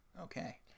okay